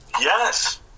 Yes